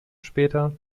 später